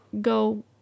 go